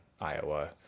Iowa